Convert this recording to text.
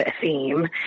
theme